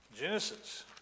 Genesis